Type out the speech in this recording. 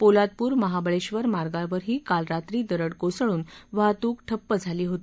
पोलादपूर महाबळेश्वर मार्गावरही काल रात्री दरड कोसळून वाहतूक ठप्प झाली होती